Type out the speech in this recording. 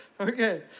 Okay